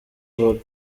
vogue